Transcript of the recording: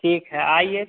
ठीक है आइए